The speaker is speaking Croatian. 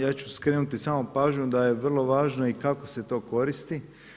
Ja ću skrenuti samo pažnju da je vrlo važno i kako se to koristi.